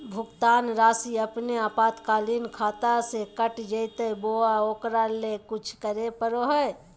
भुक्तान रासि अपने आपातकालीन खाता से कट जैतैय बोया ओकरा ले कुछ करे परो है?